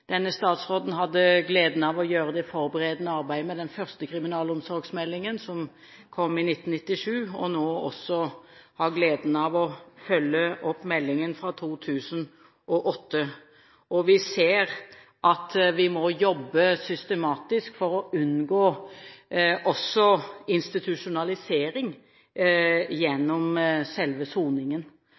Denne statsråd hadde gleden av å gjøre det forberedende arbeidet med den første kriminalomsorgsmeldingen, som kom i 1998, og har nå også gleden av å følge opp meldingen fra 2008. Vi ser at vi må jobbe systematisk for å unngå også institusjonalisering gjennom selve soningen.